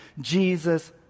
Jesus